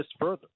further